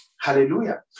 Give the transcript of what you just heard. Hallelujah